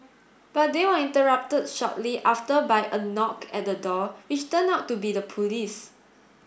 but they were interrupted shortly after by a knock at the door which turned out to be the police